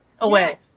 Away